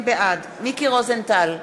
בעד מיקי רוזנטל,